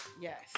Yes